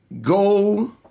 Go